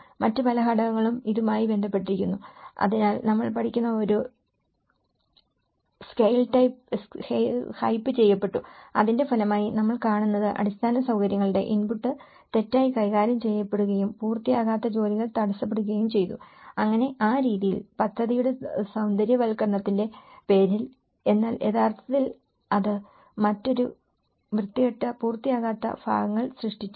മറ്റു പല ഘടകങ്ങളും ഇതുമായി ബന്ധപ്പെട്ടിരിക്കുന്നു അതിനാൽ നമ്മൾ പഠിക്കുന്ന ഒരു സ്കെയിൽ ഹൈപ്പ് ചെയ്യപ്പെട്ടു അതിന്റെ ഫലമായി നമ്മൾ കാണുന്നത് അടിസ്ഥാന സൌകര്യങ്ങളുടെ ഇൻപുട്ട് തെറ്റായി കൈകാര്യം ചെയ്യപ്പെടുകയും പൂർത്തിയാകാത്ത ജോലികൾ തടസ്സപ്പെടുകയും ചെയ്തുഅങ്ങനെ ആ രീതിയിൽ പദ്ധതിയുടെ സൌന്ദര്യവൽക്കരണത്തിന്റെ പേരിൽ എന്നാൽ യഥാർത്ഥത്തിൽ അത് മറ്റൊരു വൃത്തികെട്ട പൂർത്തിയാകാത്ത ഭാഗങ്ങൾ സൃഷ്ടിച്ചു